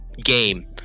game